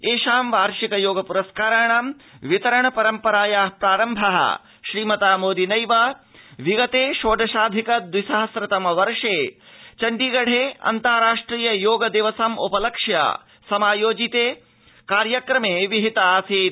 एषां वार्षिक योग प्रस्काराणां वितरण परम्परायाः प्रारम्भः श्रीमता मोदिनैव विगते षोडशाधिक दवि सहस्रतम वर्षे चण्डीगढे अन्तराष्ट्रिय योग दिवसम् उपलक्ष्य समायोजिते कार्यक्रमे विहित आसीत्